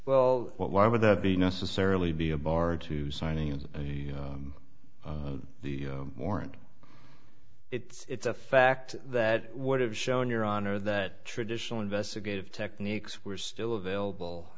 well why would that be necessarily be a bar to signing the warrant it's a fact that would have shown your honor that traditional investigative techniques were still available